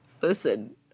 Listen